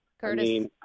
Curtis